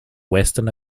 western